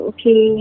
Okay